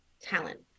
talent